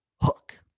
hook